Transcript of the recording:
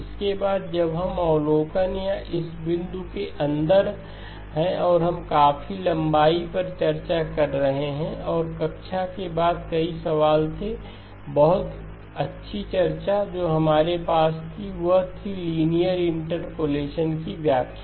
इसके बाद जब हम इस अवलोकन या इस बिंदु के अंदर हैं कि हम काफी लंबाई पर चर्चा कर रहे थे और कक्षा के बाद कई सवाल थे बहुत अच्छी चर्चा जो हमारे पास थी वह थी लिनियर इंटरपोलेशन की व्याख्या